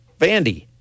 Vandy